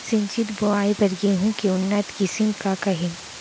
सिंचित बोआई बर गेहूँ के उन्नत किसिम का का हे??